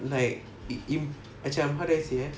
like im~ macam how do I say ah